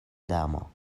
damo